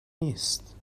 نیست